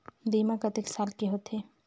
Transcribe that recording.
बीमा कतेक साल के होथे?